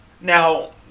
now